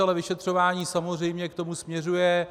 Ale vyšetřování samozřejmě k tomu směřuje.